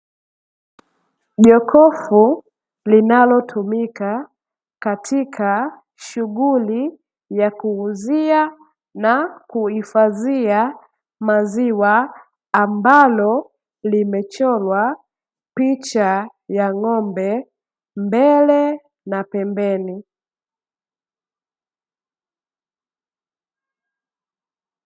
Jokofu linalotumika katika shughuli ya kuuzia na kuifadhia maziwa ambalo limechorwa picha ya ng'ombe mbele na pembeni.